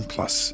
Plus